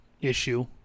issue